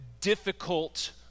difficult